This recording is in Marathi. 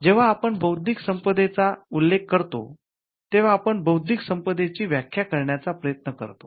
जेव्हा आपण बौद्धिक संपदेचा उल्लेख करतोतेव्हा आपण बौद्धिक संपदेची व्यख्या करण्याचा प्रयत्न करतो